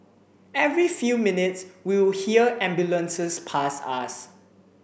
every few minutes we would hear ambulances pass us